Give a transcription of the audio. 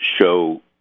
show